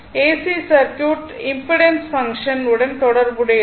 AC circuit impedance function உடன் தொடர்புடையது